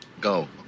go